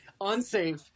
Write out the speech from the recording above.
unsafe